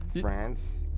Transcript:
France